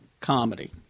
comedy